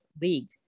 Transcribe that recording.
league